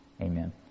Amen